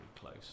close